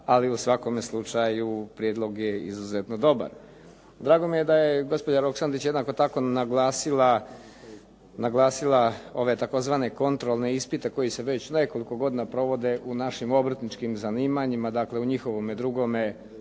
ali u svakome slučaju, prijedlog je izuzetno dobar. Drago mi je da je gospođa Roksandić jednako tako naglasila ove tzv. kontrolne ispite koji se već nekoliko godina provode u našim obrtničkim zanimanjima, dakle u njihovome drugome